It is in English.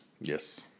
Yes